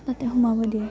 তাতে সোমাব দিয়ে